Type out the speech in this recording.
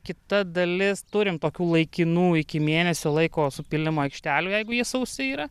kita dalis turim tokių laikinų iki mėnesio laiko supylimo aikštelių jeigu jie sausi yra